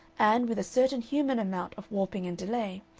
and, with a certain human amount of warping and delay,